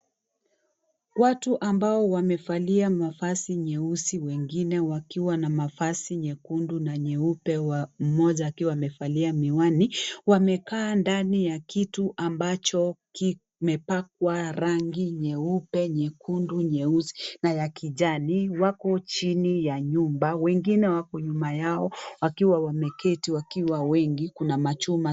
Watu ambao wamevalia mavazi nyeusi, wengine wakiwa na mavazi nyekundu na nyeupe. Mmoja akiwa amevalia miwani. Wamekaa ndani ya kitu ambacho kimepakwa rangi nyeupe, nyekundu, nyeusi na ya kijani. Wako chini ya nyumba. Wengine wako nyuma yao, wakiwa wameketi, wakiwa wengi, kuna machuma.